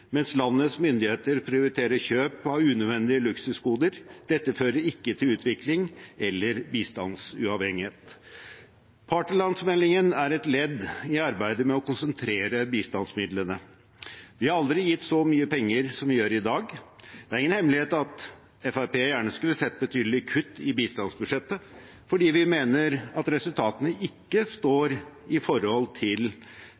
mens landets myndigheter prioriterer kjøp av unødvendige luksusgoder. Dette fører ikke til utvikling eller bistandsuavhengighet. Partnerlandsmeldingen er et ledd i arbeidet med å konsentrere bistandsmidlene. Vi har aldri gitt så mye penger som vi gjør i dag. Det er ingen hemmelighet at Fremskrittspartiet gjerne skulle sett betydelige kutt i bistandsbudsjettet fordi vi mener at resultatene ikke